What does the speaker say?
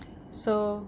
so